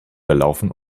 gelaufen